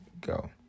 go